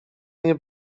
nie